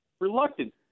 reluctant